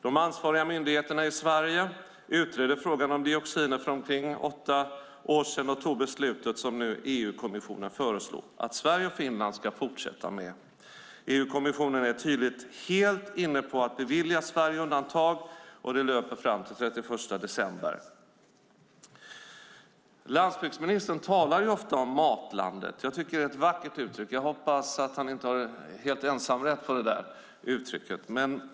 De ansvariga myndigheterna i Sverige utredde frågan om dioxiner för omkring åtta år sedan och tog beslut, och EU-kommissionen föreslår nu att Sverige och Finland ska få fortsätta med detta. EU-kommissionen är helt inne på att bevilja Sverige undantag, och det löper fram till den 31 december. Landsbygdsministern talar ofta om Matlandet. Jag tycker att det är ett vackert uttryck. Jag hoppas att han inte har ensamrätt på detta uttryck.